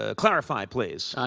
ah clarify, please.